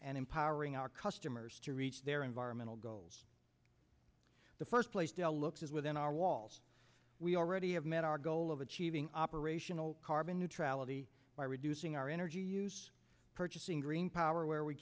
and empowering our customers to reach their environmental goal the first place dell looks as within our walls we already have met our goal of achieving operational carbon neutrality by reducing our energy use purchasing green power where we